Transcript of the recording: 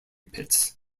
pits